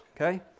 Okay